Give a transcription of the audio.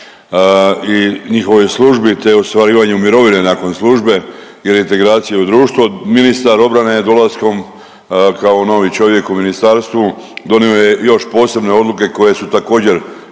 i njihovih službi te ostvarivanju mirovine nakon službe i reintegraciju u društvo, ministar obrane je dolaskom kao novi čovjek u ministarstvu donio je još posebne odluke koje su također